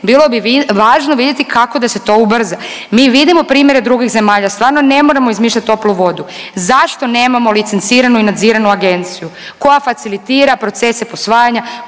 bilo bi važno vidjeti kako da se to ubrza. Mi vidimo primjere drugih zemalja, stvarno ne moramo izmišljati toplu vodu. Zašto nemamo licenciranu i nadziranu agenciju koja facilitira procese posvajanja,